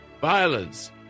violence